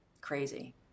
crazy